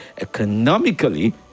economically